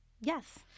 Yes